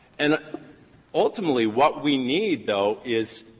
and ultimately what we need, though, is